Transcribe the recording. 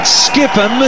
skipper